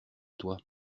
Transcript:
toi